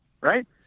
Right